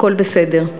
הכול בסדר.